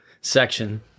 section